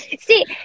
See